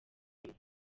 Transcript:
bimwe